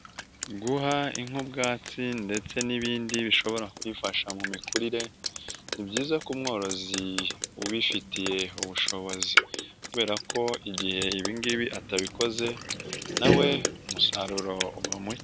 Guha inka ubwatsi ndetse n'ibindi bishobora kiyifasha mu mikurire ni byiza ko umworozi ubifitiye ubushobozi kubera ko igihe ibi ngibi atabikoze na we umusaruro uba muke.